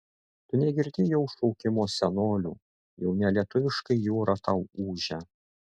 tu negirdi jau šaukimo senolių jau ne lietuviškai jūra tau ūžia